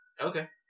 Okay